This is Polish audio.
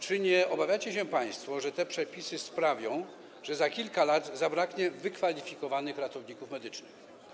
Czy nie obawiacie się państwo, że te przepisy sprawią, że za kilka lat zabraknie wykwalifikowanych ratowników medycznych?